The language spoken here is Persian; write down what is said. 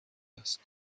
است